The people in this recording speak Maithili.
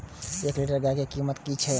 एक लीटर गाय के कीमत कि छै?